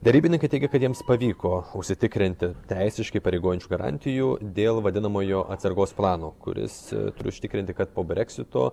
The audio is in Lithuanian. derybininkai tiki kad jiems pavyko užsitikrinti teisiškai įpareigojančių garantijų dėl vadinamojo atsargos plano kuris turi užtikrinti kad po breksito